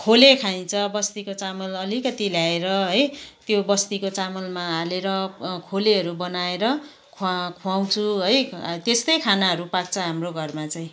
खोले खाइन्छ बस्तीको चामल अलिकित ल्याएर है त्यो बस्तीको चामलमा हालेर खोलेहरू बनाएर खुवा खुवाउँछु है त्यसतै खानाहरू पाक्छ हाम्रो घरमा चाहिँ